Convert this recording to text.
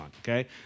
okay